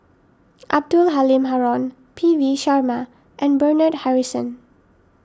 Abdul Halim Haron P V Sharma and Bernard Harrison